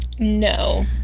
No